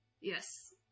Yes